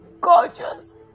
gorgeous